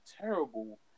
terrible